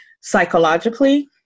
psychologically